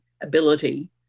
ability